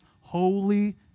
holy